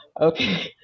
Okay